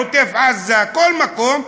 עוטף-עזה כל מקום,